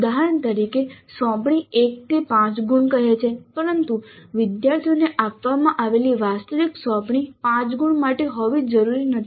ઉદાહરણ તરીકે સોંપણી 1 તે 5 ગુણ કહે છે પરંતુ વિદ્યાર્થીઓને આપવામાં આવેલી વાસ્તવિક સોંપણી 5 ગુણ માટે હોવી જરૂરી નથી